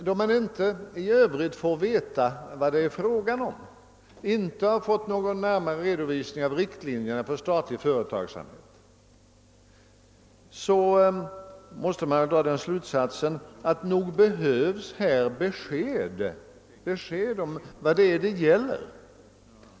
Då man inte i övrigt har fått veta vad det är fråga om, inte har fått någon närmare redovisning av riktlinjerna för statlig industriell företagsamhet, måste man säga att här behövs verkligen besked om vad det gäller.